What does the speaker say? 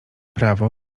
prawo